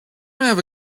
have